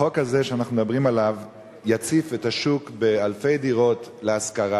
החוק הזה שאנחנו מדברים עליו יציף את השוק באלפי דירות להשכרה,